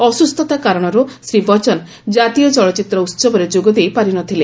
ଅସ୍ତୁସ୍ଥତା କାରଣ ହେତୁ ଶ୍ରୀ ବଚ୍ଚନ କାତୀୟ ଚଳଚ୍ଚିତ୍ର ଉତ୍ସବରେ ଯୋଗଦେଇ ପାରି ନ ଥିଲେ